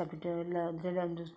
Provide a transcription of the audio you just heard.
ಸಬ್ಜೆಕ್ಟಲ್ಲಿ ಅದ್ರಲಾಂದ್ರು